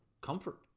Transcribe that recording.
comfort